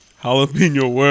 Jalapeno